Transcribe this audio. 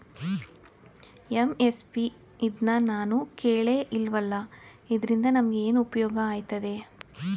MSP ಇದ್ನನಾನು ಕೇಳೆ ಇಲ್ವಲ್ಲ? ಇದ್ರಿಂದ ನಮ್ಗೆ ಏನ್ಉಪ್ಯೋಗ ಆಯ್ತದೆ?